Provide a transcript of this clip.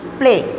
play